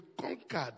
conquered